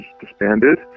disbanded